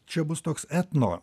čia bus toks etno